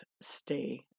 stay